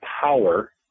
power